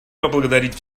поблагодарить